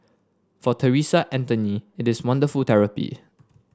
for Theresa Anthony it is wonderful therapy